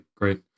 great